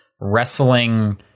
wrestling